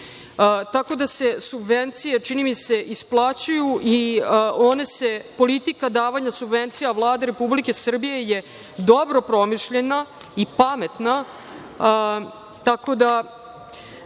tako da se subvencije, čini mi se, isplaćuju. Politika davanja subvencija Vlade Republike Srbije je dobro promišljena i pametna,